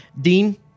Dean